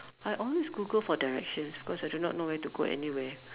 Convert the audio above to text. I always Google for directions because I do not know where to go anywhere